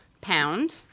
Pound